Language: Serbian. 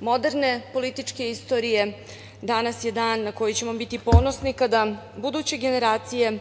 moderne političke istorije. Danas je dan na koji ćemo biti ponosni kada buduće generacije